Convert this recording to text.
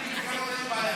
על פי התקנון אין בעיה.